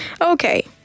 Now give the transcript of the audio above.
Okay